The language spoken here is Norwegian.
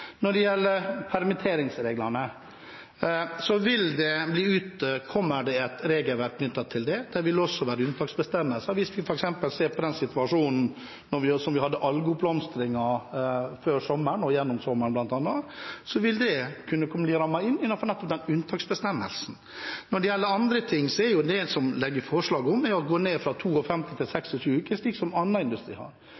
Når det gjelder permitteringsreglene, kommer det et regelverk knyttet til det. Der vil det også være unntaksbestemmelser. Hvis vi f.eks. ser på den situasjonen vi hadde med algeoppblomstring før og gjennom sommeren, vil en kunne gjøre mer innenfor nettopp den unntaksbestemmelsen. Når det gjelder andre ting, er det forslag om å gå ned fra 52 til